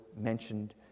mentioned